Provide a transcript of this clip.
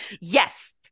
Yes